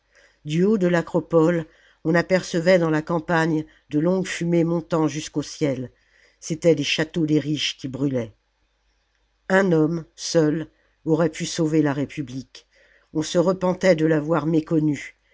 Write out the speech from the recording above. du haut de l'acropole on apercevait dans la campagne de longues fumées montant jusqu'au ciel c'étaient les châteaux des riches qui brûlaient un homme seul aurait pu sauver la république on se repentait de l'avoir méconnu